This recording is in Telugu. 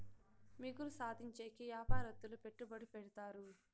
మిగులు సాధించేకి యాపారత్తులు పెట్టుబడి పెడతారు